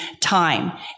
time